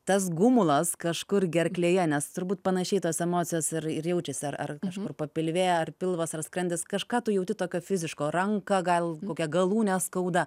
tas gumulas kažkur gerklėje nes turbūt panašiai tos emocijas ir ir jaučiasi ar kažkur papilvėj ar pilvas ar skrandis kažką tu jauti tokio fiziško ranką gal kokią galūnę skauda